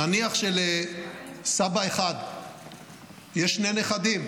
נניח שלסבא אחד יש שני נכדים,